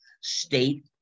state